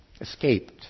escaped